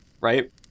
right